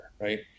Right